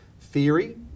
theory